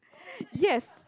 yes